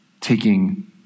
taking